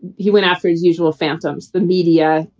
he went after his usual phantoms, the media,